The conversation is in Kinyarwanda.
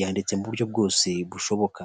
yanditse mu buryo bwose bushoboka.